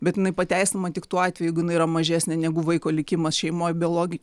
bet jinai pateisinama tik tuo atveju jeigu yra mažesnė negu vaiko likimas šeimoje biolog